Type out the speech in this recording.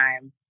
time